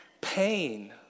pain